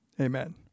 Amen